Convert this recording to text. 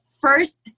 first